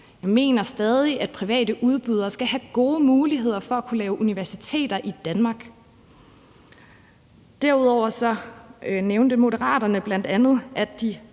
Jeg mener stadig, at private udbydere skal have gode muligheder for at kunne lave universiteter i Danmark. Derudover nævnte Moderaterne bl.a., at de